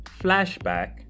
flashback